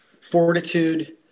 fortitude